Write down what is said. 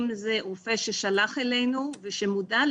אם זה רופא ששלח אלינו ושהוא מודע,